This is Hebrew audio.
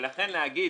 ולכן להגיד